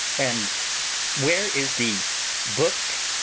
and where is the book?